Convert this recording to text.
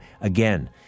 Again